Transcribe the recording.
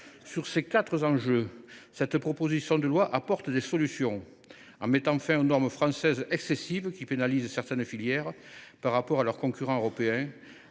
Sur ces quatre sujets, cette proposition de loi apporte des solutions. Elle met fin aux normes françaises excessives qui pénalisent certaines filières par rapport à leurs concurrents européens.